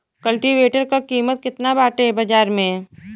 कल्टी वेटर क कीमत केतना बाटे बाजार में?